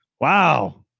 Wow